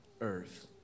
earth